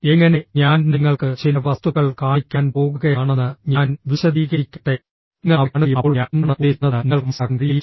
എങ്ങനെ ഞാൻ നിങ്ങൾക്ക് ചില വസ്തുക്കൾ കാണിക്കാൻ പോകുകയാണെന്ന് ഞാൻ വിശദീകരിക്കട്ടെ നിങ്ങൾ അവരെ കാണുകയും അപ്പോൾ ഞാൻ എന്താണ് ഉദ്ദേശിക്കുന്നതെന്ന് നിങ്ങൾക്ക് മനസ്സിലാക്കാൻ കഴിയുകയും ചെയ്യും